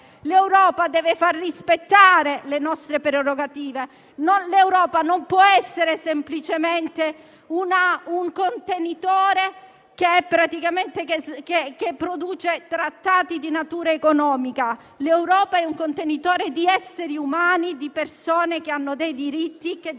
l'Europa deve far rispettare le nostre prerogative. L'Europa non può essere semplicemente un contenitore che praticamente produce trattati di natura economica. L'Europa è un contenitore di esseri umani, di persone che hanno dei diritti che devono